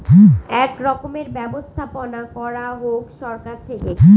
এক রকমের ব্যবস্থাপনা করা হোক সরকার থেকে